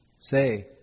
Say